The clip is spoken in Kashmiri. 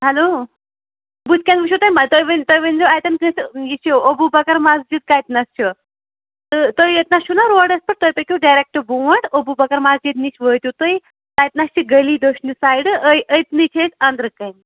ہیٚلو بُتھِ کَنہِ وُچھِو تُہۍ مَسجِد تُہۍ ؤنۍزیٚو تُہۍ ؤنۍزیٚو اَتیٚن کٲنٛسہِ یہِ چھِ ابوبکر مسجد کَتِنس چھِ تہٕ تُہۍ ییٚتہِ نَس چھِو نا روڈس پیٚٹھ تُہۍ پٔکِو ڈریکٹ برٛونٛٹھ ابوبکر مسجد نِش وٲتِو تُہۍ اَتہِ نَس چِھ گٔلی دٔچھنہِ سایِڈٕ اے ٲتنٕے چھِ ٲسۍ اَنٛدرٕ کَنۍ